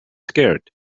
scared